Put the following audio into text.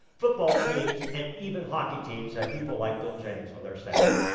football teams, and even hockey teams have people like bill james on their staff.